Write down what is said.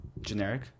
generic